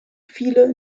viele